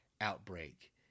outbreak